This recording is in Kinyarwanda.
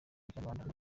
ikinyarwanda